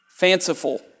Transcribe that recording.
fanciful